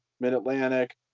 mid-atlantic